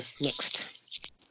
next